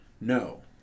No